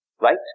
right